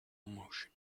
emotion